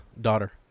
daughter